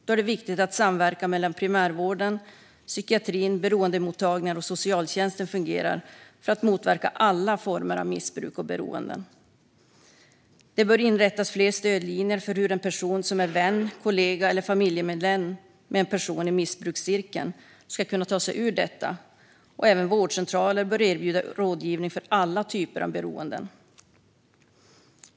Då är det viktigt att samverkan mellan primärvården, psykiatrin, beroendemottagningar och socialtjänsten fungerar för att motverka alla former av missbruk och beroenden. Det bör inrättas fler stödlinjer för familjemedlemmar, vänner och kollegor till personer med missbruk. Även vårdcentraler bör erbjuda rådgivning för alla typer av beroenden.